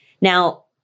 Now